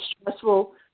stressful